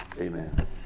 Amen